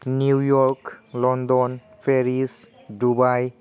New York London Paris Dubai